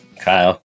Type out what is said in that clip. Kyle